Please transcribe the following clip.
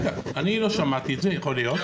אני לא שמעתי את זה, יכול להיות.